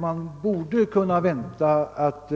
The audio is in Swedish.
Man borde kunna vänta att